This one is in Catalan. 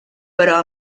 però